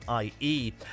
ie